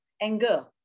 anger